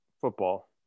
football